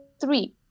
three